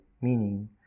meaning